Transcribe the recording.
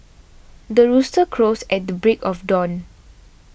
the rooster crows at the break of dawn